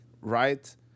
right